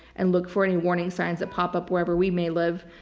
and look for any warning signs that pop up wherever we may live.